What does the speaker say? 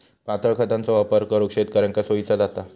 पातळ खतांचो वापर करुक शेतकऱ्यांका सोयीचा जाता